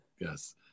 Yes